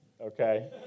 Okay